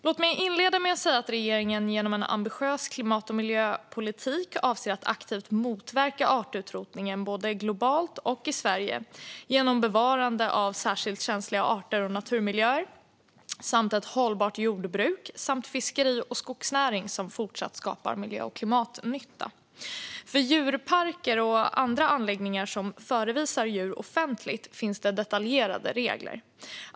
Låt mig inleda med att säga att regeringen genom en ambitiös klimat och miljöpolitik avser att aktivt motverka artutrotningen både globalt och i Sverige genom bevarande av särskilt känsliga arter och naturmiljöer, ett hållbart jordbruk samt fiskeri och skogsnäring som fortsatt skapar miljö och klimatnytta. För djurparker och andra anläggningar som förevisar djur offentligt finns det detaljerade regler.